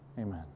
amen